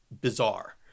bizarre